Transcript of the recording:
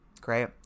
Great